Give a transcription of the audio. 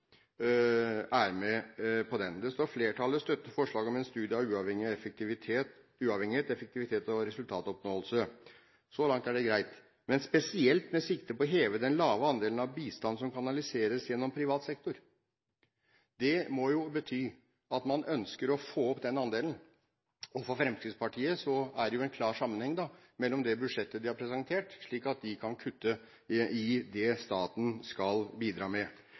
er med på den. I merknaden står det: «Flertallet støtter forslaget om en studie av uavhengighet, effektivitet og resultatoppnåelse.» Så langt er det greit, men «spesielt med sikte på å heve den lave andelen av bistand som kanaliseres gjennom privat sektor», må jo bety at man ønsker å få opp den andelen, og for Fremskrittspartiet er det en klar sammenheng med det budsjettet de har presentert, slik at de kan kutte i det staten skal bidra med.